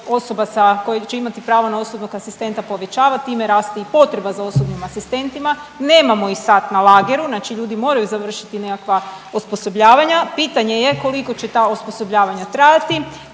osoba sa, koje će imati pravo na osobnog asistenta povećava, time raste i potreba za osobnim asistentima, nemamo ih sad na lageru, znači ljudi moraju završiti nekakva osposobljavanja. Pitanje je koliko će ta osposobljavanja trajati,